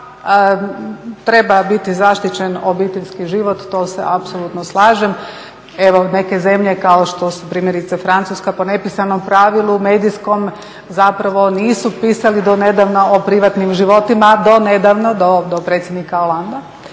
treba biti zaštićen obiteljski život, to se apsolutno slažem. Evo neke zemlje kao što su primjerice Francuska po nepisanom pravilu medijskom nisu pisali do nedavno o privatnim životima, do nedavno do predsjednika Hollanda,